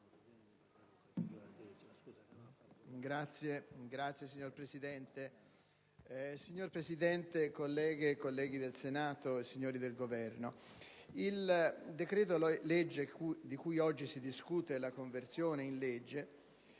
finestra") *(PD)*. Signor Presidente, colleghe e colleghi del Senato, signori del Governo, il decreto-legge di cui oggi si discute la conversione in legge